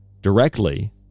directly